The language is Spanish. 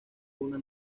una